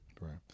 Right